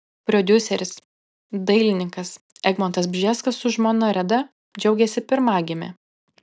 prodiuseris dailininkas egmontas bžeskas su žmona reda džiaugiasi pirmagime